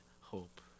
hope